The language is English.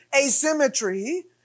asymmetry